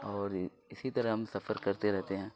اور اسی طرح ہم سفر کرتے رہتے ہیں